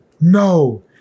no